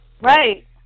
Right